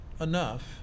enough